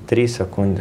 trys sekundės